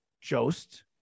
Jost